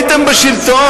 אתם הייתם בשלטון.